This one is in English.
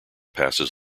passes